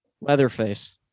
Leatherface